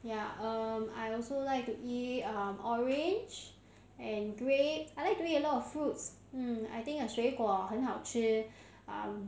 ya um I also like to eat orange and grapes I like to eat a lot of fruits mm I think uh 水果很好吃